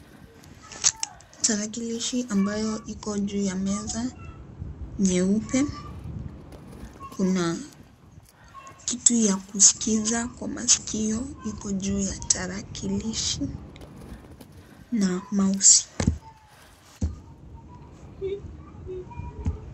Tarakilishi ambayo iko juu ya meza nyeupe kuna kitu ya kusikiza kwa maskio iko juu ya tarakilishi na mouse .